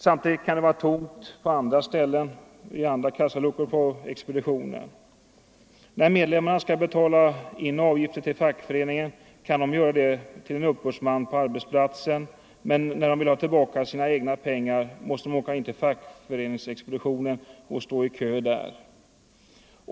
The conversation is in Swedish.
Samtidigt kan det vara tomt på andra ställen, i andra kassaluckor på expeditionen. När medlemmarna skall betala in avgifterna till fackföreningen kan de göra det till en uppbördsman på arbetsplatsen, men när de vill ha tillbaka sina egna pengar måste de åka in till fackföreningsexpeditionen och stå i kö där.